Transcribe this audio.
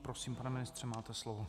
Prosím, pane ministře, máte slovo.